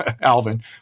Alvin